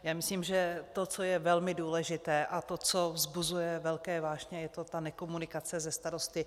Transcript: Myslím, že to, co je velmi důležité, a to, co vzbuzuje velké vášně, je ta nekomunikace se starosty.